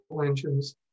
engines